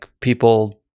people